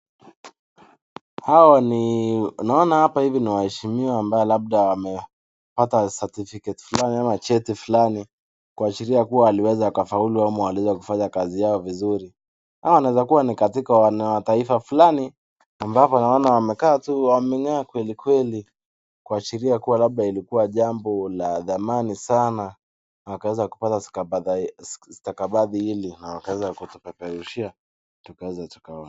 Hawa ni naona hapa ni waheshimiwa ambao labda wamepata certificate fulani ama cheti fulani kuashiria kuwa waliweza wakafaulu ama waliweza kufanya kazi yao vizuri, hawa wanaweza kuwa ni katika wana taifa fulani ambapo naona wamekaa tu wameng'aa kweli kweli kuashiria kuwa labda ilikuwa jambo la dhamani sana wakaweza kupata stakabadhi, stakabadhi hili na wakaweza kupeperushia tukaweze tukaone.